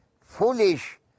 foolish